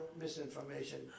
misinformation